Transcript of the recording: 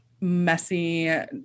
messy